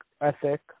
ethic